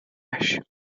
حیونای